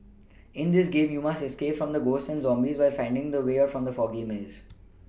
in this game you must escape from the ghosts and zombies while finding the way out from the foggy maze